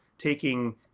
taking